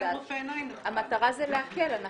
המטרה זה להקל.